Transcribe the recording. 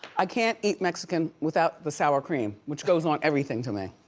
i can't eat mexican without the sour cream, which goes on everything to me.